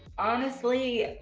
honestly,